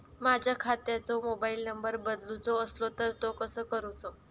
माझ्या खात्याचो mobile number बदलुचो असलो तर तो कसो करूचो?